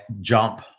jump